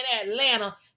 Atlanta